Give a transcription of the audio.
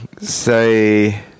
say